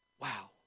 Wow